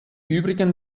übrigen